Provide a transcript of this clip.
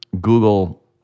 Google